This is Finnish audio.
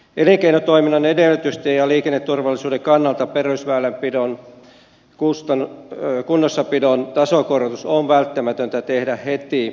elinkeinotoiminnan edellytysten ja liikenneturvallisuuden kannalta perusväylänpidon kunnossapidon tasokorotus on välttämätöntä tehdä heti